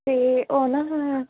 ਅਤੇ ਉਹ ਨਾ